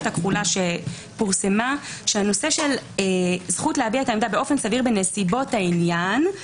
הכחולה שפורסמה שהזכות להביע את העמדה באופן סביר בנסיבות העניין,